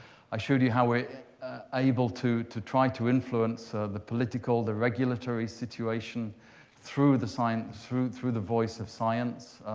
i showed you how we're able to to try to influence the political, the regulatory situation through the science, through through the voice of science.